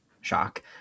shock